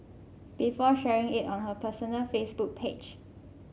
before sharing it on her personal Facebook page